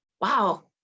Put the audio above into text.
wow